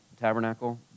tabernacle